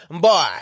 Boy